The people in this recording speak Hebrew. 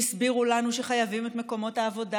שהסבירו לנו שחייבים את מקומות העבודה